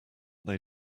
they